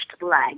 leg